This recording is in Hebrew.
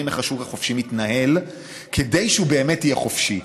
איך השוק החופשי מתנהל כדי שהוא באמת יהיה חופשי,